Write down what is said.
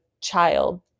child